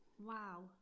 Wow